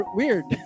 weird